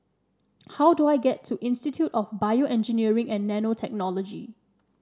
how do I get to Institute of BioEngineering and Nanotechnology